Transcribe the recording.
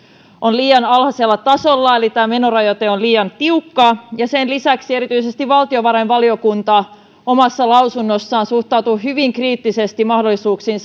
on liian alhaisella tasolla eli tämä menorajoite on liian tiukka sen lisäksi erityisesti valtiovarainvaliokunta omassa lausunnossaan suhtautuu hyvin kriittisesti mahdollisuuksiin